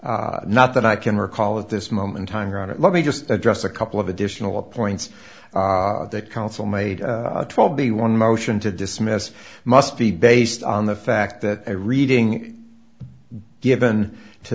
not that i can recall at this moment time around let me just address a couple of additional points that counsel made twelve b one motion to dismiss must be based on the fact that a reading given to